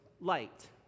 light